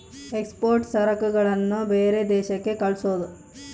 export ಸರಕುಗಳನ್ನ ಬೇರೆ ದೇಶಕ್ಕೆ ಕಳ್ಸೋದು